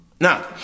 Now